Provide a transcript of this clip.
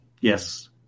Yes